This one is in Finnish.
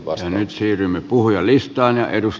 ja nyt siirrymme puhujalistaan